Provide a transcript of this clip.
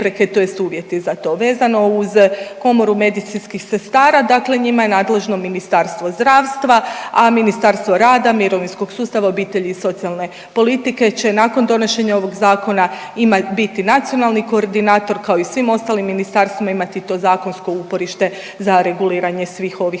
tj. uvjeti za to. Vezano uz Komoru medicinskih sestara, dakle njima je nadležno Ministarstvo zdravstva, a Ministarstvo rada i mirovinskog sustava, obitelji i socijalne politike će nakon donošenja ovog Zakona biti nacionalni koordinator, imati to zakonsko uporište za reguliranje svih ovih